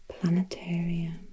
planetarium